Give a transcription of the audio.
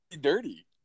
Dirty